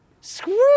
screw